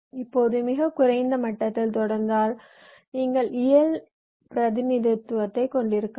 இப்போது மிகக் குறைந்த மட்டத்தில் தொடர்ந்தால் நீங்கள் இயல் பிரதிநிதித்துவத்தைக் கொண்டிருக்கலாம்